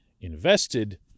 invested